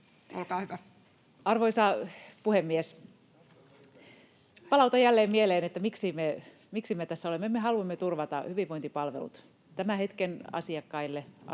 Olkaa hyvä. Arvoisa puhemies! Palautan jälleen mieleen, miksi me tässä olemme. Me haluamme turvata hyvinvointipalvelut tämän hetken asiakkaille,